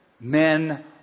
men